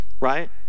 Right